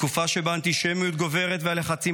בתקופה שבה האנטישמיות גוברת והלחצים